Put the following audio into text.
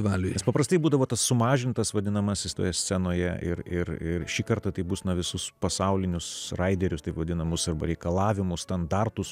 valioje paprastai būdavo tas sumažintas vadinamasis toje scenoje ir ir šį kartą taip bus nuo visus pasaulinius raiderius taip vadinamus arba reikalavimus standartus